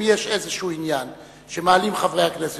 אם יש איזשהו עניין שמעלים חברי הכנסת,